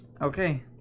Okay